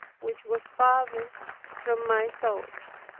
which was farthest from my thoughts.